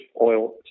oil